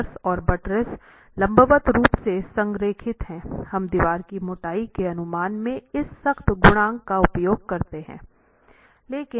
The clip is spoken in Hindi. पिएर्स और बट्रेस लंबवत रूप से संरेखित है हम दीवार की मोटाई के अनुमान में इस सख्त गुणांक का उपयोग करते हैं